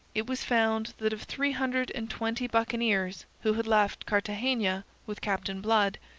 it was found that of three hundred and twenty buccaneers who had left cartagena with captain blood,